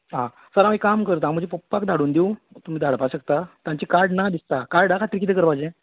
आ sir हांव एक काम करतां हांव म्हज्या पप्पाक धाडून दिवं तुमी धाडपाक शकता तांचे कार्ड ना दिसता कार्डा खातीर कितें करपाचे